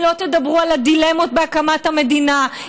אם לא תדברו על הדילמות בהקמת המדינה,